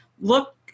look